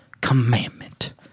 commandment